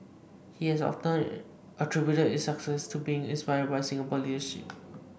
he has often attributed its success to being inspired by Singapore leadership